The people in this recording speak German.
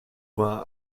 war